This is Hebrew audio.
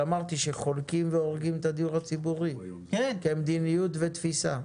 אמרתי שחונקים והורגים את הדיור הציבורי כמדיניות ותפיסה.